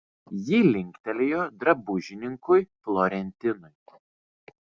ji linktelėjo drabužininkui florentinui